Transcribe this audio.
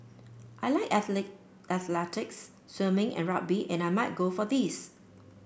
I like athlete athletics swimming and rugby and I might go for these